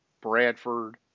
Bradford